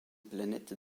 planètes